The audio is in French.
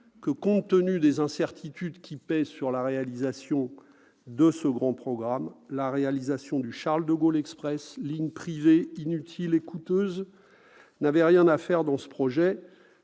que, compte tenu des incertitudes qui pèsent sur la réalisation de ce grand programme, la réalisation du Charles-de-Gaulle Express, ligne privée inutile et coûteuse, n'avait rien à faire dans ce projet.